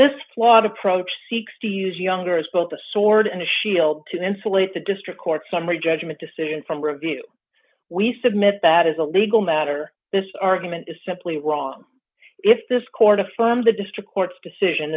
flawed approach seeks to use younger as both a sword and shield to insulate the district court summary judgment decision from review we submit that is a legal matter this argument is simply wrong if this court affirmed the district court's decision